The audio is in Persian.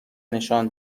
نشان